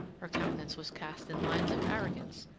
her countenance was cast in lines of arrogance,